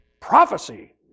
prophecy